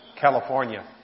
California